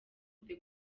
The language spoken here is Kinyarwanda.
the